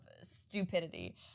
stupidity